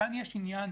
כאן יש עניין